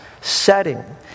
setting